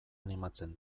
animatzen